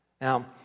Now